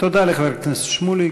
תודה לחבר הכנסת שמולי.